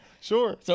Sure